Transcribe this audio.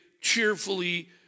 cheerfully